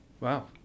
Wow